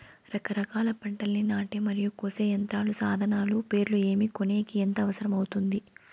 రకరకాల పంటలని నాటే మరియు కోసే యంత్రాలు, సాధనాలు పేర్లు ఏమి, కొనేకి ఎంత అవసరం అవుతుంది?